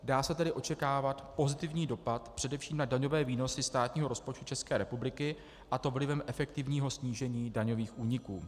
Dá se tedy očekávat pozitivní dopad především na daňové výnosy státního rozpočtu České republiky, a to vlivem efektivního snížení daňových úniků.